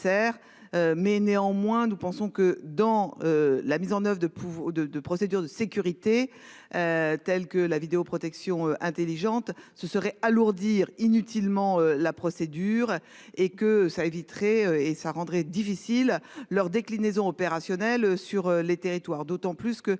Mais néanmoins, nous pensons que dans. La mise en oeuvre de de de procédures de sécurité. Telles que la vidéoprotection intelligente ce serait alourdir inutilement la procédure et que ça éviterait et ça rendrait difficile leur déclinaison opérationnelle sur les territoires d'autant plus que